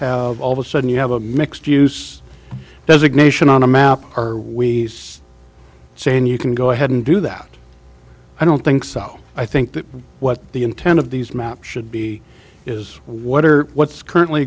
have all of a sudden you have a mixed use designation on a map or we saying you can go ahead and do that i don't think so i think that what the intent of these maps should be is what are what's currently